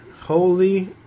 Holy